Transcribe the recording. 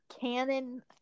canon